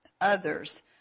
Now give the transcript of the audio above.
others